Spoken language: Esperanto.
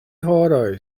horoj